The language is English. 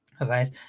right